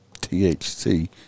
THC